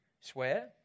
swear